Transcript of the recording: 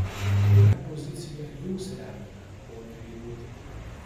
kurią poziciją jūs remiate pone eimuti